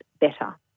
better